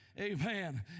Amen